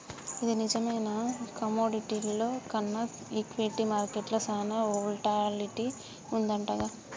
ఇది నిజమేనా కమోడిటీల్లో కన్నా ఈక్విటీ మార్కెట్లో సాన వోల్టాలిటీ వుంటదంటగా